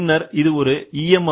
பின்னர் இது ஒரு E